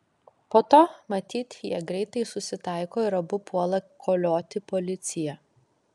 po to matyt jie greitai susitaiko ir abu puola kolioti policiją